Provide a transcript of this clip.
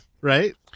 right